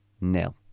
nil